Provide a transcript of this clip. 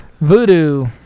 Voodoo